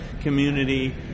community